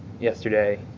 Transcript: yesterday